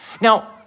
Now